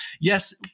yes